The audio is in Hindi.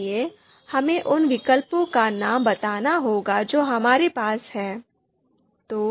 इसलिए हमें उन विकल्पों का नाम बताना होगा जो हमारे पास हैं